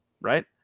Right